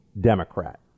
Democrat